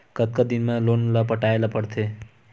कतका दिन मा लोन ला पटाय ला पढ़ते?